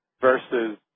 versus